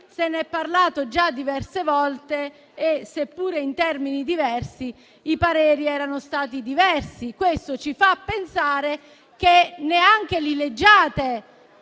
se n'è parlato già diverse volte e, seppure in termini diversi, i pareri erano stati diversi. Questo ci fa pensare che neanche leggiate